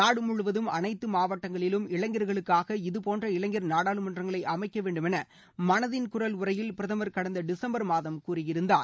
நாடு முழுவதும் அனைத்து மாவட்டங்களிலும் இளைஞர்களுக்காக இதபோன்ற இளைஞர் நாடாளுமன்றங்களை அமைக்க வேண்டும் என மனதின் குரல் உரையில் பிரதமர் கடந்த டிசம்பர் மாதம் கூறியிருந்தார்